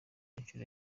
inshuro